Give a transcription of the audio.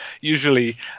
Usually